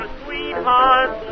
sweetheart